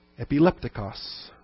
Epilepticos